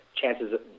chances